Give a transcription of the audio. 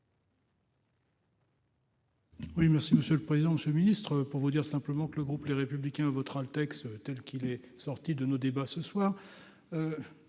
Oui, merci Monsieur le Président, ce Ministre pour vous dire simplement que le groupe Les Républicains votera le texte tel qu'il est sorti de nos débats ce soir